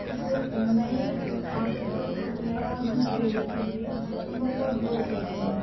एक नई आकृति और नया रूप देने के लिए तो मैं तब ड्रॉ करती हूँ